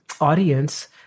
audience